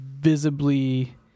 Visibly